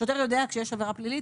שוטר יודע כשיש עבירה פלילית,